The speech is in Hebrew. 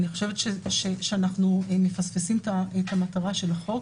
אני חושבת שאנחנו מפספסים את המטרה של החוק.